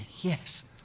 Yes